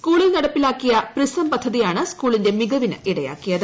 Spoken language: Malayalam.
സ്കൂളിൽ നടപ്പാക്കിയ പ്രിസം പദ്ധതിയാണ് സ്കൂളിന്റെ മികവിന് ഇടയാക്കിയത്